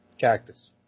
Cactus